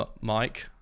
Mike